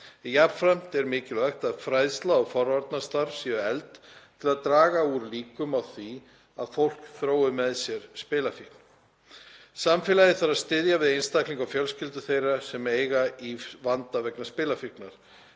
jafnframt er mikilvægt að fræðsla og forvarnastarf séu efld til að draga úr líkum á því að fólk þrói með sér spilafíkn. Samfélagið þarf að styðja við einstaklinga og fjölskyldur þeirra sem eiga í vanda vegna spilafíknar.